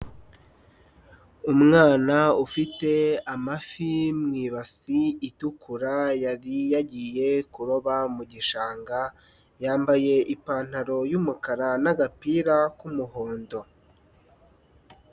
Umwana ufite amafi mu ibasi itukura yari yagiye kuroba mu gishanga yambaye ipantaro y'umukara n'agapira k'umuhondo.